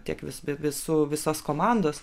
tiek vis visų visos komandos